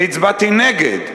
אני הצבעתי נגד,